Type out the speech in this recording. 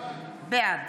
בעד